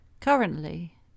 Currently